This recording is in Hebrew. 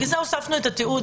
לכן הוספנו את התיעוד.